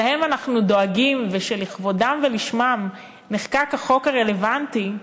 שלהם אנחנו דואגים ושלכבודם ולשמם נחקק החוק הרלוונטי,